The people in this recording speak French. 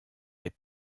les